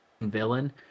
villain